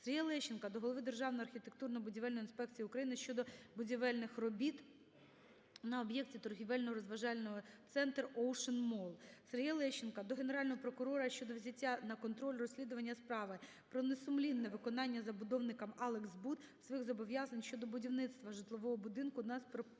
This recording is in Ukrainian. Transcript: Сергія Лещенка до голови Державної архітектурно-будівельної інспекції України щодо будівельних робіт на об'єкті торгівельно-розважальний центрОушен Молл (Ocean Mall). Сергія Лещенка до Генерального прокурора щодо взяття на контроль розслідування справи про несумлінне виконання забудовником "Алекс Буд" своїх зобов'язань щодо будівництва житлового будинку на проспекті